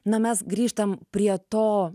na mes grįžtam prie to